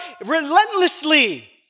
relentlessly